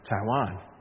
Taiwan